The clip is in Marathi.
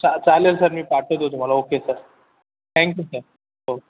चा चालेल सर मी पाठवतो तुम्हाला ओक्के सर थॅंक्यू सर हो